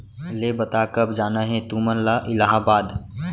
ले बता, कब जाना हे तुमन ला इलाहाबाद?